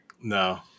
No